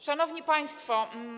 Szanowni Państwo!